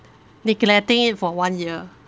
neglecting it for one year